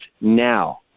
now